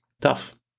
Tough